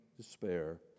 despair